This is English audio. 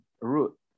route